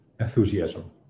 Enthusiasm